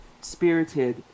spirited